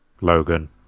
Logan